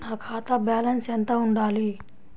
నా ఖాతా బ్యాలెన్స్ ఎంత ఉండాలి?